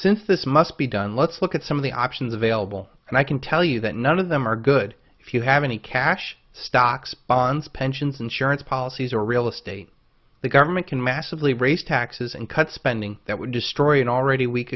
since this must be done let's look at some of the options available and i can tell you that none of them are good if you have any cash stocks bonds pensions insurance policies or real estate the government can massively raise taxes and cut spending that would destroy an already weak